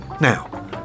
Now